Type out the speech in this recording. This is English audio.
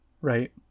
right